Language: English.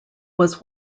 was